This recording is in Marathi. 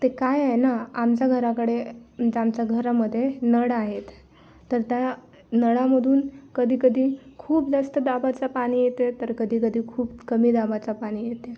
ते काय आहे ना आमच्या घराकडे म्हणजे आमच्या घरामधे नळ आहेत तर त्या नळामधून कधीकधी खूप जास्त दाबाचा पाणी येते तर कधीकधी खूप कमी दाबाचा पाणी येते